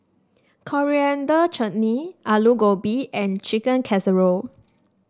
Coriander Chutney Alu Gobi and Chicken Casserole